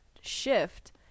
shift